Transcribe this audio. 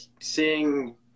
seeing